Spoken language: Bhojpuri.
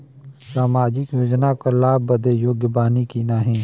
सामाजिक योजना क लाभ बदे योग्य बानी की नाही?